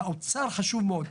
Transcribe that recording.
האוצר חשוב מאוד.